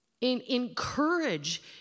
Encourage